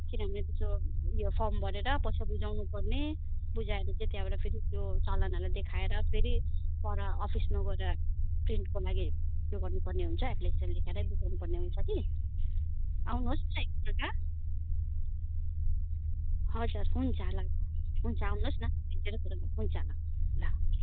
किनभने उयो उयो फर्म भरेर पैसा बुझाउनु पर्ने बुझाएर चाहिँ त्यहाँबाट फेरि त्यो चलानहरूलाई देखाएर फेरि पर अफिसमा गएर प्रिन्टको लागि त्यो गर्नु पर्ने हुन्छ एप्लिकेसन लेखेर बुझाउनु पर्ने हुन्छ कि आउनु होस् न एक पल्ट हजुर हुन्छ ल त हुन्छ आउनु होस् न भेटेर कुरा गरौँ हुन्छ ल ल